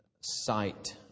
sight